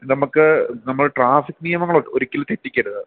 നമുക്ക് നമ്മൾ ട്രാഫിക് നിയമങ്ങൾ ഒരിക്കലും തെറ്റിക്കരുത്